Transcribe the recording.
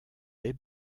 les